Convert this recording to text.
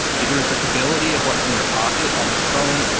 the irresistibility of what's in your pocket on this phone,